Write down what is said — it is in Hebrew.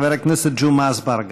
חבר הכנסת ג'מעה אזברגה.